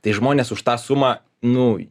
tai žmonės už tą sumą nu